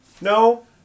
No